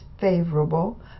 favorable